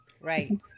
Right